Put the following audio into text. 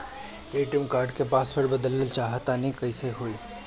ATM card क password बदलल चाहा तानि कइसे होई?